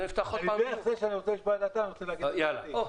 האם נפתח עוד פעם דיון?